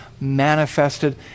manifested